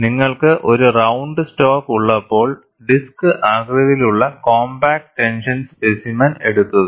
നിങ്ങൾക്ക് ഒരു round stock ഉള്ളപ്പോൾ ഡിസ്ക് ആകൃതിയിലുള്ള കോംപാക്റ്റ് ടെൻഷൻ സ്പെസിമെൻ എടുക്കുക